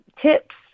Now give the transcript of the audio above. tips